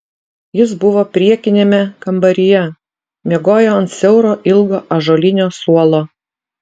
jis buvo priekiniame kambaryje miegojo ant siauro ilgo ąžuolinio suolo